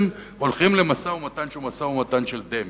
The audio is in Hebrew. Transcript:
הולכים למשא-ומתן שהוא משא-ומתן של דמה,